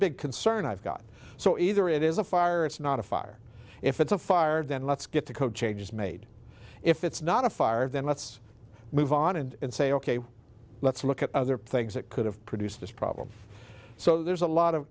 big concern i've got so either it is a fire or it's not a fire if it's a fire then let's get the code changes made if it's not a fire then let's move on and say ok let's look at other things that could have produced this problem so there's a lot of